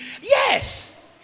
Yes